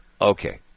Okay